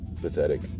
Pathetic